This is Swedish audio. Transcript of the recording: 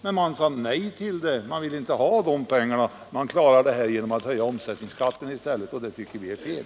Men regeringen sade nej till en sådan. Man ville inte ha dessa pengar, utan man menade att man skulle lösa problemen genom att i stället höja omsättningsskatten, och det tycker vi är fel.